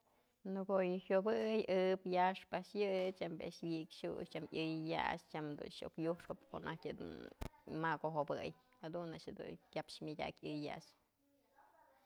Në ko'o yë jyobëy ëb yax a'ax yë, tyambi'i a'ax wi'ik xu'ux, i'ëy yax, tyam dun iuk yuxpëd në ko'o tajtyë dun makujopëy jadun a'ax jedun kyapxë myadyak i'ëy yax.